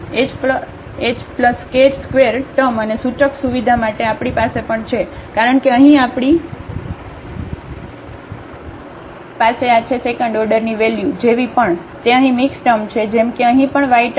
તેથી h k² term અને સૂચક સુવિધા માટે આપણી પાસે પણ છે કારણ કે અહીં આપણી પાસે આ છે સેકન્ડ ઓર્ડરની વેલ્યુ જેવી પણ તે અહીં મિક્સ ટર્મ છે જેમ કે અહીં પણ y ટર્મ